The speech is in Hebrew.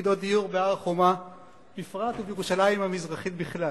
יחידות דיור בהר-חומה בפרט ובירושלים המזרחית בכלל".